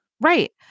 right